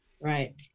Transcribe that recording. right